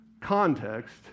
context